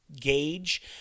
gauge